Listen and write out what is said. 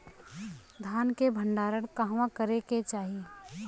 धान के भण्डारण कहवा करे के चाही?